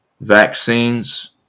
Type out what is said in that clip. vaccines